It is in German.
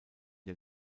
der